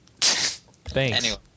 Thanks